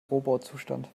rohbauzustand